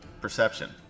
perception